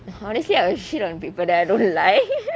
honestly I will shit on people that I don't like